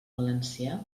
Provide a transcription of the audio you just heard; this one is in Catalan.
valencià